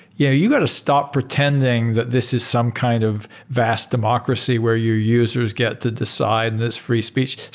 yeah you got to stop pretending that this is some kind of vast democracy where your users get to decide in this free speech. it's